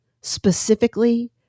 specifically